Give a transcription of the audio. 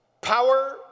Power